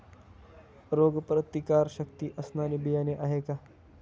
रोगप्रतिकारशक्ती असणारी बियाणे आहे का?